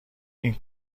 این